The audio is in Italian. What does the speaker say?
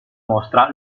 mostra